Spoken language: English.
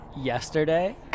yesterday